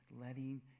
letting